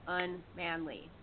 unmanly